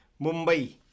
Mumbai